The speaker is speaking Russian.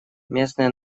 местное